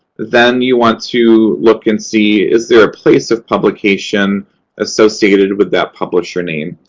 then you want to look and see, is there a place of publication associated with that publisher name?